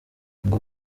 ngo